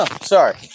sorry